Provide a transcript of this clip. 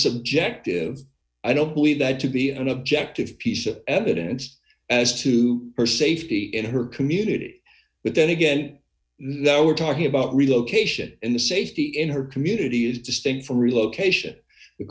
subjective i don't believe that to be an objective piece of evidence as to her safety in her community but then again we're talking about relocation and the safety in her community is distinct from relocation the